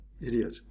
idiot